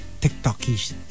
tiktokish